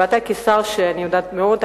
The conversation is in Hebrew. אתה כשר אחראי,